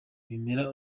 bimera